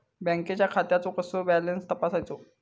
बँकेच्या खात्याचो कसो बॅलन्स तपासायचो?